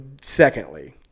secondly